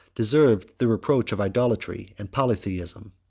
deserved the reproach of idolatry and polytheism.